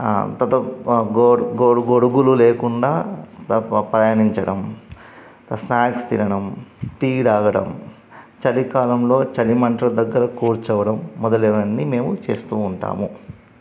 తరువాత గొడుగులు లేకుండా ప్రయాణించడం స్నాక్స్ తినడం టీ త్రాగడం చలికాలంలో చలిమంటల దగ్గర కూర్చోవడం మొదలైనవన్నీ మేము చేస్తూ ఉంటాము